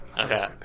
Okay